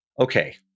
Okay